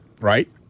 right